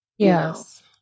Yes